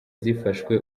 zifashwe